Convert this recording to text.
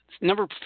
Number